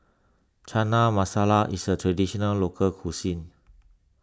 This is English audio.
Chana Masala is a Traditional Local Cuisine